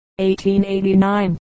1889